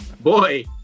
Boy